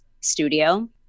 studio